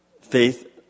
faith